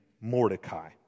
Mordecai